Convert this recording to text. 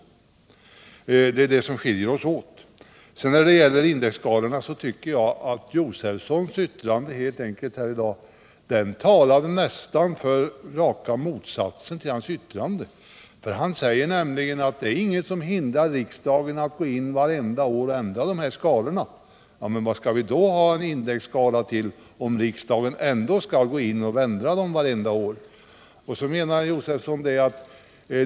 Detta är vad som skiljer vårt förslag från regeringens. När det gäller indexreglering av skatteskalan tycker jag att vad herr Josefson sagt här i dag snarast talar för raka motsatsen till vad han vill åstadkomma. Han säger nämligen att ingenting hindrar riksdagen att gå in vartenda år och ändra skalan. Men vad skall vi då ha en indexskala till, om riksdagen ändå skall ändra den varje år?